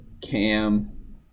Cam